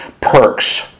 perks